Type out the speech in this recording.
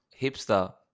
hipster